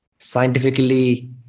scientifically